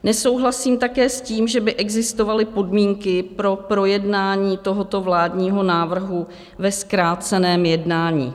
Nesouhlasím také s tím, že by existovaly podmínky pro projednání tohoto vládního návrhu ve zkráceném jednání.